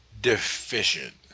deficient